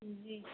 जी